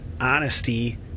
honesty